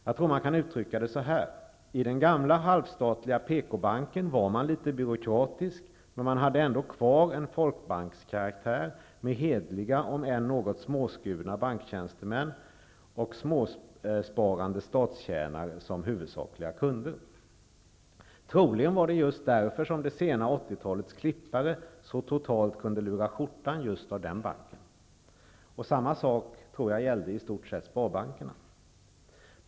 Jag tror att man kan uttrycka det så här: I den gamla halvstatliga PKbanken var man litet byråkratisk, men man hade ändå kvar karaktären av folkbank med hederliga, om än något småskurna, banktjänstemän och småsparande statstjänare som huvudsakliga kunder. Troligen var det just därför som det sena 80-talets klippare så totalt kunde så att säga lura skjortan just av den banken. Samma sak gällde i stort sett bankerna, tror jag.